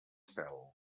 cel